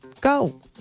go